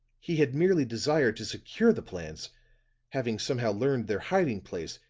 he had merely desired to secure the plans having somehow learned their hiding place.